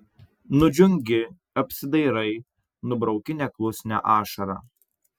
nudžiungi apsidairai nubrauki neklusnią ašarą